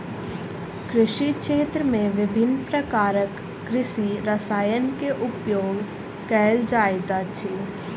कृषि क्षेत्र में विभिन्न प्रकारक कृषि रसायन के उपयोग कयल जाइत अछि